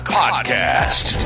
podcast